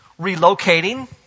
relocating